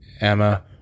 Emma